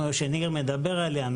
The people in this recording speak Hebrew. ניר דיבר על הצורך בייסוד קרן,